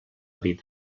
vida